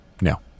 No